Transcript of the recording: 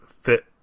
fit